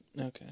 okay